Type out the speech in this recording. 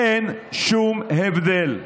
אין שום הבדל.